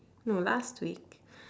no last week